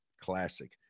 Classic